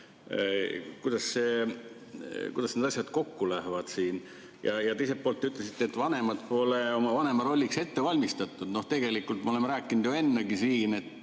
Kuidas need asjad kokku lähevad? Teiselt poolt, te ütlesite, et vanemad pole oma vanemarolliks ette valmistatud. Tegelikult me oleme rääkinud ju ennegi siin, et